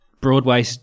Broadway